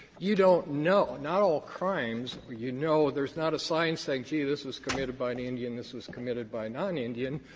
you don't know not all crimes, you know, there's not a sign saying gee, this was committed by an indian this was committed by a non-indian.